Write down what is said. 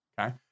okay